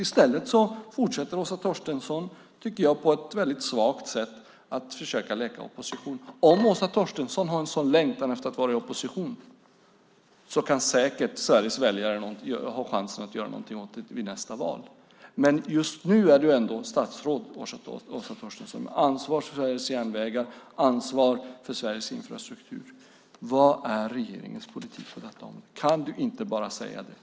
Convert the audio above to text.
I stället fortsätter Åsa Torstensson, som jag tycker på ett väldigt svagt sätt, att försöka leka opposition. Om Åsa Torstensson har en sådan längtan efter att vara i opposition kan säkert Sveriges väljare göra någonting åt det i nästa val. Just nu är dock Åsa Torstensson statsråd med ansvar för Sveriges järnvägar och Sveriges infrastruktur. Vad är regeringens politik på detta område? Kan ministern inte bara säga det?